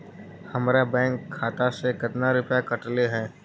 हमरा बैंक खाता से कतना रूपैया कटले है?